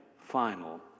final